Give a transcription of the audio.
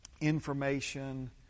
information